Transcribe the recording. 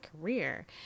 career